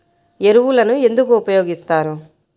ఎరువులను ఎందుకు ఉపయోగిస్తారు?